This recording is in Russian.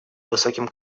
высоком